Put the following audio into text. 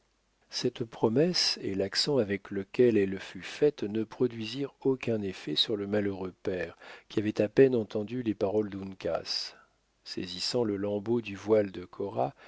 cette promesse et l'accent avec lequel elle fut faite ne produisirent aucun effet sur le malheureux père qui avait à peine entendu les paroles d'uncas saisissant le lambeau du voile de cora